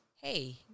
hey